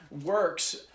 works